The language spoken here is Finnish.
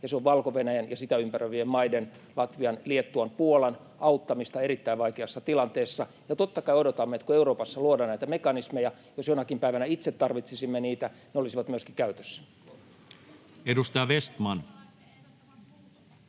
ja se on Valko-Venäjän ja sitä ympäröivien maiden Latvian, Liettuan ja Puolan auttamista erittäin vaikeassa tilanteessa. Ja totta kai odotamme, kun Euroopassa luodaan näitä mekanismeja, että jos jonakin päivänä itse tarvitsisimme niitä, ne olisivat myöskin käytössä. [Kimmo